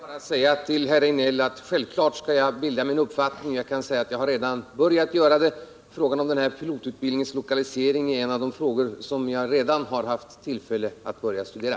Herr talman! Jag vill bara säga till herr Rejdnell att jag självklart kommer att bilda mig en uppfattning, jag har redan börjat med det. Frågan om pilotutbildningens lokalisering är en av de frågor som jag redan har haft tillfälle att studera.